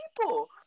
people